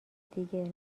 دیگه